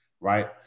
right